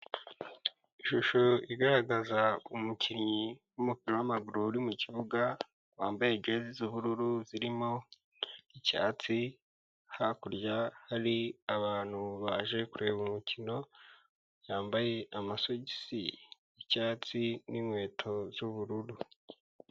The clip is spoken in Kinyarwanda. Ishusho igaragaza umukinnyi wumupira w'amaguru uri mukibuga wambaye jezi z'ubururu zirimo icyatsi, hakurya hari abantu baje kureba umukino, yambaye amasogisi y'icyatsi n'inkweto z'ubururu.